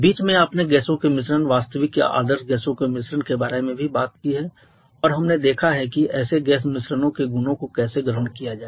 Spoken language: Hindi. बीच में आपने गैसों के मिश्रण वास्तविक या आदर्श गैसों के मिश्रण के बारे में भी बात की है और हमने देखा है कि ऐसे गैस मिश्रणों के गुणों को कैसे ग्रहण किया जाए